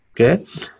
Okay